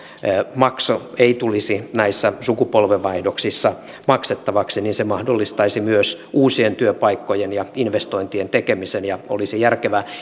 ei tulisi näissä sukupolvenvaihdoksissa maksettavaksi mahdollistaisi myös uusien työpaikkojen ja investointien tekemisen ja olisi järkevää